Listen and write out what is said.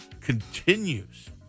continues